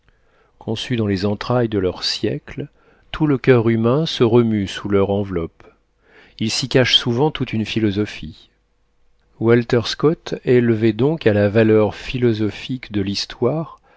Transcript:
conçus dans les entrailles de leur siècle tout le coeur humain se remue sous leur enveloppe il s'y cache souvent toute une philosophie walter scott élevait donc à la valeur philosophique de l'histoire